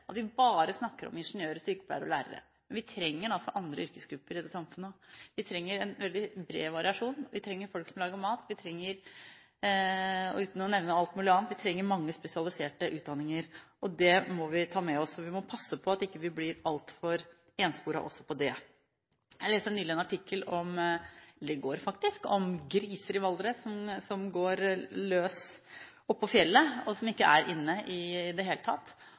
at vi bare snakker om ingeniører, sykepleiere og lærere. Vi trenger også andre yrkesgrupper i dette samfunnet. Vi trenger en veldig bred variasjon. Vi trenger folk som lager mat, og vi trenger – uten å nevne alt mulig annet – mange spesialiserte utdanninger. Det må vi ta med oss, og vi må passe på at vi ikke blir altfor ensporet også på det. Jeg leste i går en artikkel om griser i Valdres som går løs oppå fjellet og ikke er inne i det hele tatt,